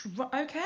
Okay